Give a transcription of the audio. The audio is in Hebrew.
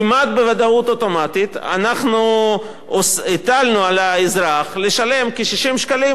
כמעט בוודאות אוטומטית אנחנו הטלנו על האזרח לשלם כ-60 שקלים,